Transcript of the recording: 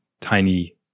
tiny